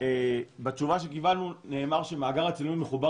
בתשובה שקיבלנו נאמר שמעגל הצילומים מחובר